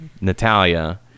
Natalia